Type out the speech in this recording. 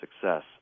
success